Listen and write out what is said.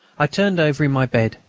i turned over in my bed,